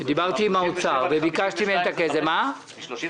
דיברתי עם האוצר וביקשתי מהם את הכסף --- מ-37